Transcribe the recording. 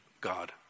God